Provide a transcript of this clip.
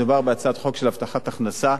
מדובר בהצעת חוק הבטחת הכנסה.